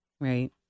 right